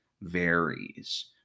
varies